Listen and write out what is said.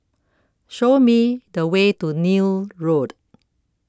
show me the way to Neil Road